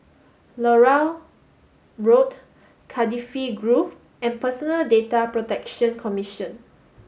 Larut Road Cardifi Grove and Personal Data Protection Commission